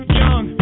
young